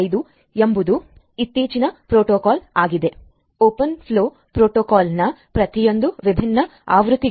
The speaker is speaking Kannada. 5 ಎಂಬುದು ಇತ್ತೀಚಿನ ಪ್ರೋಟೋಕಾಲ್ ಆಗಿದ್ದು ಓಪನ್ ಫ್ಲೋ ಪ್ರೋಟೋಕಾಲ್ ನ ಪ್ರತಿಯೊಂದು ವಿಭಿನ್ನ ಆವೃತ್ತಿಗಳಾದ 1